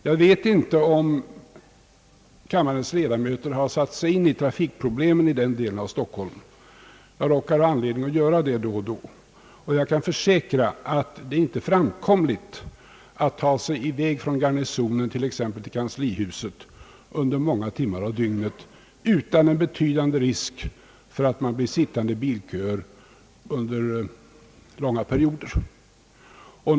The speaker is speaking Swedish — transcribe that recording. Jag vet inte om kammarens ledamöter satt sig in i trafikproblemen i den delen av Stockholm. Jag råkar ha anledning att komma i beröring med dessa problem då och då, och jag kan försäkra att det under många timmar av dygnet inte är möjligt att ta sig från Garnisonen till kanslihuset utan en betydande risk för att man blir sittande i bilköer under långa perioder.